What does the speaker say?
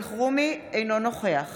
אינו נוכח